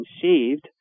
conceived